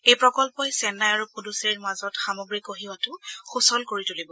এই প্ৰকল্পই চেন্নাই আৰু পুড়ুচেৰীৰ মাজত সামগ্ৰী কঢ়িওৱাটো সুচল কৰি তুলিব